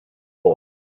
boy